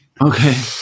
Okay